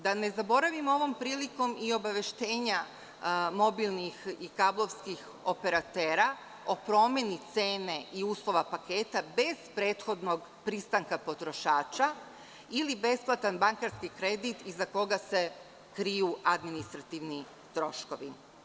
Da ne zaboravim ovom prilikom i obaveštenja mobilnih i kablovskih operatera o promeni cene i uslova paketa bez prethodnog pristanka potrošača ili besplatan bankarski kredit iza koga se kriju administrativni troškovi.